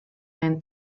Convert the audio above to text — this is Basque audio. den